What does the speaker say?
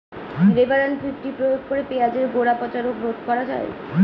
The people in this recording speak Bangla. রোভরাল ফিফটি প্রয়োগ করে পেঁয়াজের গোড়া পচা রোগ রোধ করা যায়?